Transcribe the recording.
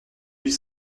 huit